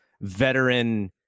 veteran